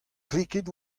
klikit